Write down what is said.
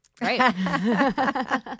Right